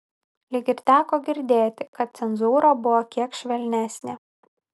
lyg ir teko girdėti kad cenzūra buvo kiek švelnesnė